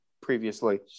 previously